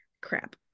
Crap